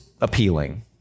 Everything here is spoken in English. appealing